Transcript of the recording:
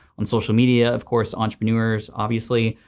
on social media, of course entrepreneurs obviously,